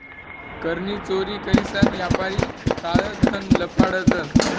कर नी चोरी करीसन यापारी काळं धन लपाडतंस